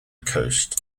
coast